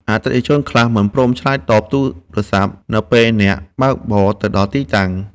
អតិថិជនខ្លះមិនព្រមឆ្លើយតបទូរសព្ទ នៅពេលអ្នកបើកបរទៅដល់ទីតាំង។